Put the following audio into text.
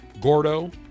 Gordo